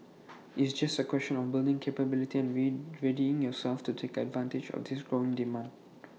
it's just A question of building capability and readying yourselves to take advantage of this growing demand